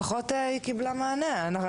לפחות היא קיבלה מענה.